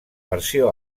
versió